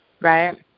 right